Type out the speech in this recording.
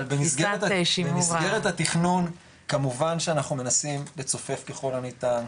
אבל במסגרת התכנון כמובן שאנחנו מנסים לצופף ככל הניתן,